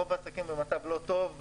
רוב העסקים במצב לא טוב.